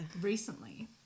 recently